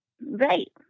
right